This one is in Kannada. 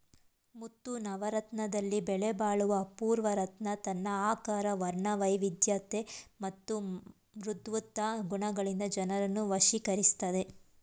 ಮುತ್ತು ನವರತ್ನದಲ್ಲಿ ಬೆಲೆಬಾಳುವ ಅಪೂರ್ವ ರತ್ನ ತನ್ನ ಆಕಾರ ವರ್ಣವೈವಿಧ್ಯತೆ ಮತ್ತು ಮೃದುತ್ವ ಗುಣಗಳಿಂದ ಜನರನ್ನು ವಶೀಕರಿಸ್ತದೆ